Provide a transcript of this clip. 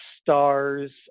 stars